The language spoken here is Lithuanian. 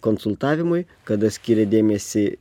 konsultavimui kada skiria dėmesį